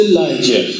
Elijah